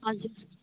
हजुर